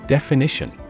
Definition